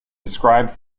describe